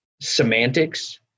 semantics